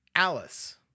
Alice